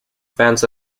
fans